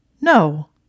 No